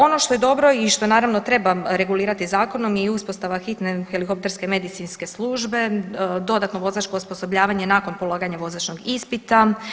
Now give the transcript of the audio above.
Ono što je dobro i što naravno treba regulirati zakonom je i uspostava hitne helikopterske medicinske službe, dodatno vozačko osposobljavanje nakon polaganja vozačkog ispita.